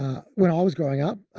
when i was growing up, um,